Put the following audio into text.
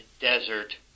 Desert